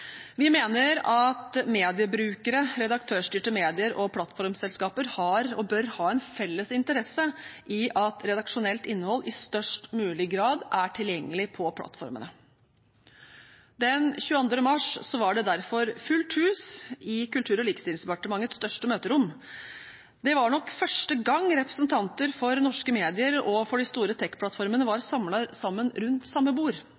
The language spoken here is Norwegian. Vi mener at mediebrukere, redaktørstyrte medier og plattformselskaper har, og bør ha, en felles interesse i at redaksjonelt innhold i størst mulig grad er tilgjengelig på plattformene. Den 22. mars var det derfor fullt hus i Kultur- og likestillingsdepartementets største møterom. Det var nok første gang representanter for norske medier og for de store teknologiplattformene var samlet rundt samme bord.